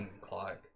Clock